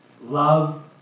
love